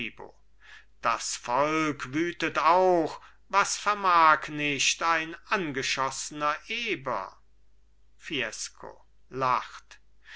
das volk wütet auch was vermag nicht ein angeschossener eber fiesco lacht